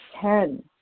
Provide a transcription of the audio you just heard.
Ten